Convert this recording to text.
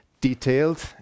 detailed